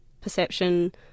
perception